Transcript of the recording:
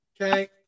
Okay